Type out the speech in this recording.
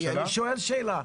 אני שואל שאלה.